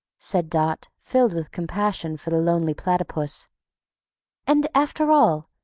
said dot, filled with compassion for the lonely platypus and, after all,